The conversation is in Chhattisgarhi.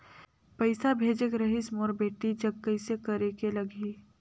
पइसा भेजेक रहिस मोर बेटी जग कइसे करेके लगही?